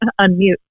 unmute